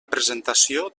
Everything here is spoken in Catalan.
presentació